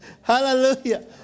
Hallelujah